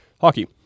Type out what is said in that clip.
Hockey